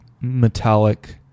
metallic